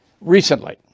recently